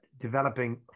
developing